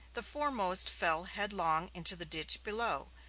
the foremost fell headlong into the ditch below,